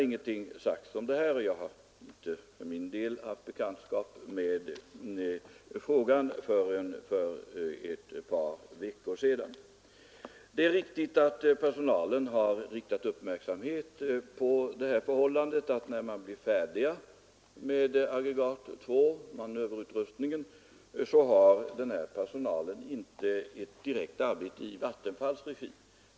Ingenting har sagts om detta, och jag har för min del inte haft bekantskap med frågan förrän för ett par veckor sedan. Det är riktigt att personalen har riktat uppmärksamhet på förhållandet att när manöverutrustningen till aggregat 2 är färdig har man inte ett arbete direkt i Vattenfalls regi.